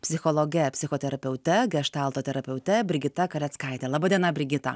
psichologe psichoterapeute geštalto terapeute brigita kareckaite laba diena brigita